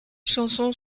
chansons